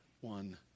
one